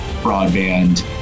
broadband